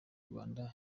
rwanda